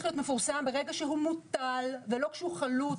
להיות מפורסם ברגע שהוא מוטל ולא כשהוא חלוט.